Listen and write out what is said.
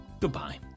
Goodbye